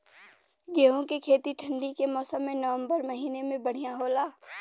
गेहूँ के खेती ठंण्डी के मौसम नवम्बर महीना में बढ़ियां होला?